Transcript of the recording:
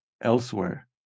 elsewhere